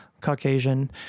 Caucasian